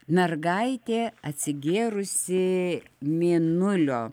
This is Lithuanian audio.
mergaitė atsigėrusi mėnulio